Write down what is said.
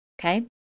okay